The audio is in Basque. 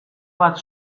bat